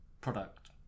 product